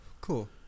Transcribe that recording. Cool